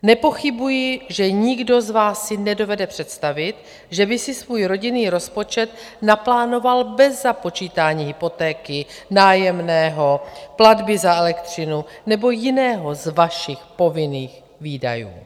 Nepochybuji, že nikdo z vás si nedovede představit, že by si svůj rodinný rozpočet naplánoval bez započítání hypotéky, nájemného, platby za elektřinu nebo jiného z vašich povinných výdajů.